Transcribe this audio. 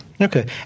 Okay